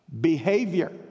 behavior